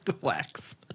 Wax